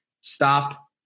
stop